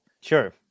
Sure